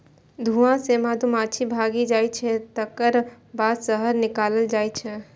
धुआं सं मधुमाछी भागि जाइ छै, तकर बाद शहद निकालल जाइ छै